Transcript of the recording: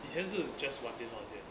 以前是 just 玩电脑现